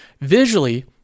Visually